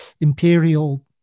imperial